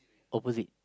opposite